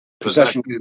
Possession